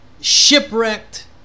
shipwrecked